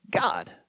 God